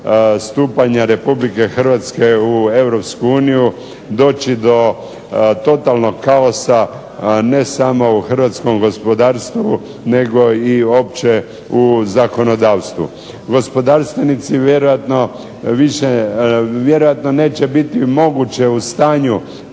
stupanja Republike Hrvatske u Europsku uniju doći do totalnog kaosa ne samo u hrvatskom gospodarstvu nego i opće u zakonodavstvu. Gospodarstvenici vjerojatno neće biti moguće u stanju